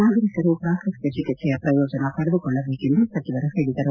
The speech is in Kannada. ನಾಗರಿಕರು ಪ್ರಾಕೃತಿಕ ಚಿಕಿತ್ಸೆಯ ಪ್ರಯೋಜನ ಪಡೆದುಕೊಳ್ಳಬೇಕೆಂದು ಸಚಿವರು ಹೇಳದರು